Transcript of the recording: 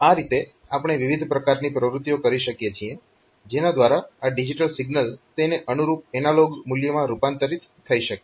તો આ રીતે આપણે વિવિધ પ્રકારની પ્રવૃત્તિઓ કરી શકીએ છીએ જેના દ્વારા આ ડિજીટલ સિગ્નલ તેને અનુરૂપ એનાલોગ મૂલ્યમાં રૂપાંતરિત થઇ શકે